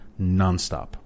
nonstop